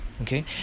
okay